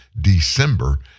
December